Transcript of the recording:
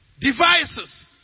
devices